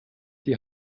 die